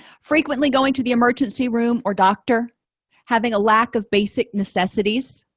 frequently going to the emergency room or doctor having a lack of basic necessities